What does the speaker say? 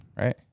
right